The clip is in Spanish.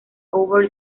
over